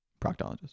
Proctologist